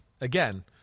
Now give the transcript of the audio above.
again